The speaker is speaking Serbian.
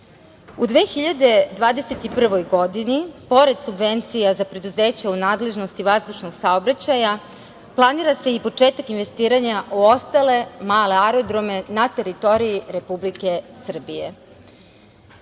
2021. godini pored subvencija za preduzeća u nadležnosti vazdušnog saobraćaja planira se i početak investiranja u ostale male aerodrome na teritoriji Republike Srbije.